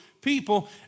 people